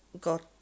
got